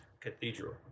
Cathedral